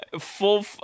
full